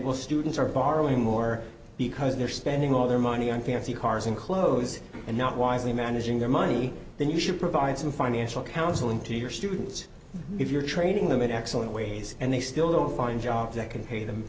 will students are borrowing more because they're spending all their money on fancy cars and clothes and not wisely managing their money then you should provide some financial counseling to your students if you're trading them in excellent ways and they still don't find jobs that can pay them